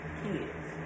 kids